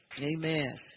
Amen